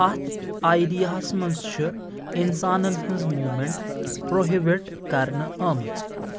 تہٕ اتھ ایریاہس منٛز چھِ انسانن ہٕنٛز موٗمینٛٹ پروہِبٹ کرنہٕ آمٕژ